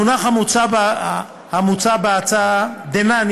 המונח המוצע בהצעה דנן,